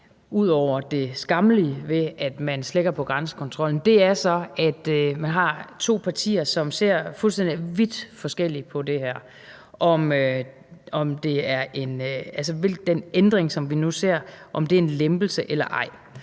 ud over det skammelige ved, at man slækker på grænsekontrollen, er så, at man har to partier, som ser fuldstændig vidt forskelligt på det her, altså om den ændring, vi nu ser, er en lempelse eller ej.